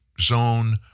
Zone